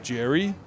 Jerry